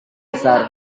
besar